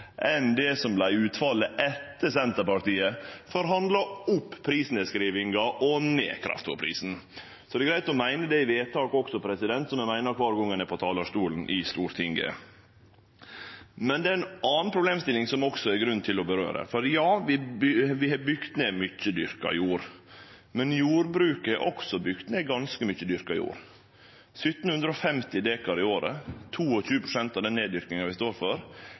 enn det som vart utfallet etter at Senterpartiet forhandla opp prisnedskrivinga og ned kraftfôrprisen. Det er greitt å meine det same i vedtak som ein meiner kvar gong ein er på talarstolen i Stortinget. Det er også grunn til å kome inn på ei anna problemstilling. For ja, vi har bygd ned mykje dyrka jord, men jordbruket har også bygd ned ganske mykje dyrka jord. 1 750 dekar i året, 22 pst. av neddyrkinga som skjer, skjer heilt utan noka form for